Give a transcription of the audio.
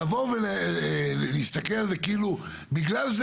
לבוא ולהסתכל על זה כאילו בגלל זה